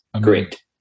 Great